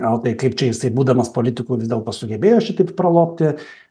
gal tai kaip čia jisai būdamas politiku vis dėlto sugebėjo šitaip pralobti